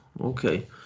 okay